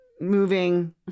moving